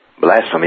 blasphemy